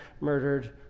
murdered